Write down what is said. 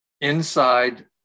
inside